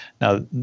Now